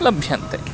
लभ्यन्ते